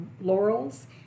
laurels